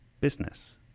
business